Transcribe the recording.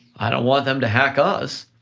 i don't want them to hack us,